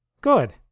good